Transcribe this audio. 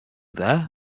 there